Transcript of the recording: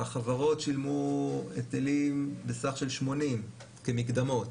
החברות שילמו היטלים בסך של 80 כמקדמות